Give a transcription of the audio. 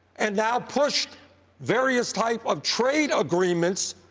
and now pushed various type of trade agreements,